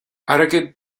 airgead